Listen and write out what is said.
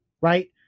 Right